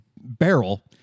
Barrel